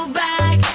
back